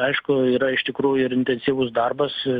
aišku yra iš tikrųjų ir intensyvus darbas